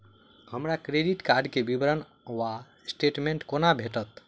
हमरा credit card केँ विवरण वा स्टेटमेंट कोना भेटत?